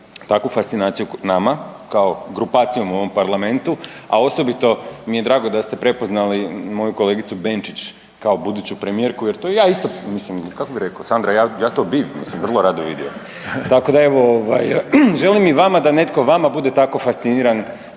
takvu fascinaciju nama kao grupacijom u ovom parlamentu, a osobito mi je drago da ste prepoznali moju kolegicu Benčić kao buduću premijerku, jer to ja isto mislim kako sam rekao Sandra ja to bi vrlo rado vidio. Tako da evo želim i vama da netko vama bude tako fasciniran